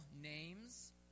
names